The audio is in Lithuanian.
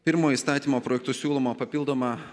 pirmu įstatymo projektu siūloma papildomą